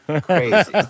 crazy